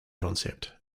concept